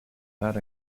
that